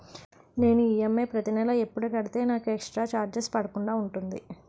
నేను ఈ.ఎమ్.ఐ ప్రతి నెల ఎపుడు కడితే నాకు ఎక్స్ స్త్ర చార్జెస్ పడకుండా ఉంటుంది?